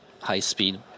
high-speed